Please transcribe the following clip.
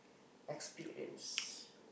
experience